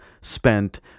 spent